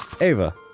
Ava